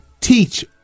teach